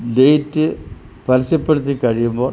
date പരസ്യപ്പെടുത്തി കഴിയുമ്പോൾ